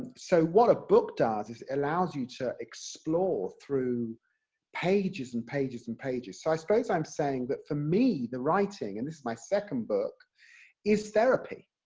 so what a book does, is it allows you to explore through pages and pages and pages, so i suppose i'm saying that for me, the writing, and it's my second book is therapy.